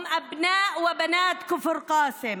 הם בני ובנות כפר קאסם,